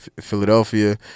Philadelphia